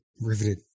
Riveted